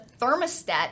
thermostat